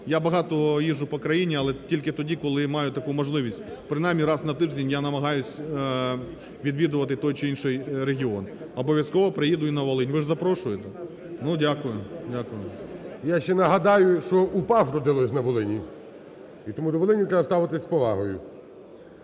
Я багато їжджу по країні, але тільки тоді, коли маю таку можливість. Принаймні, раз на тиждень я намагаюсь відвідувати той чи інших регіон. Обов'язково приїду і на Волинь. Ви ж запрошуєте? Ну, дякую, дякую. ГОЛОВУЮЧИЙ. Я ще нагадаю, що УПА зародилось на Волині. І тому до Волині треба ставитися з повагою.